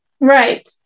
Right